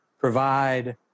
provide